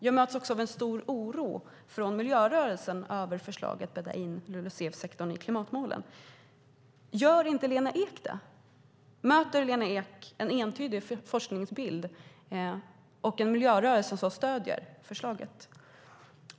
Jag möts också av en stor oro från miljörörelsen över förslaget att bädda in LULUCF-sektorn i klimatmålen. Möter inte Lena Ek en sådan oro? Möter Lena Ek en entydig forskningsbild och en miljörörelse som stöder förslaget?